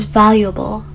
valuable